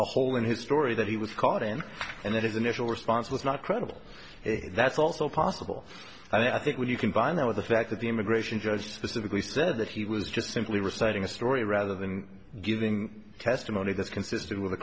a hole in his story that he was caught in and that is initial response was not credible that's also possible i think when you combine that with the fact that the immigration judge specifically said that he was just simply reciting a story rather than giving testimony that's consistent with a